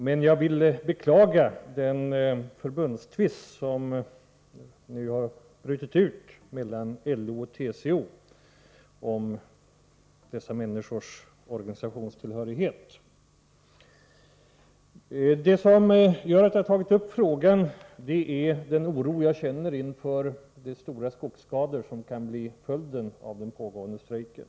Men jag beklagar den förbundstvist som nu brutit ut mellan LO och TCO om virkesmätarnas organisationstillhörighet. Det som gör att jag tagit upp frågan är den oro jag känner inför de stora skogsskador som kan bli följden av den pågående strejken.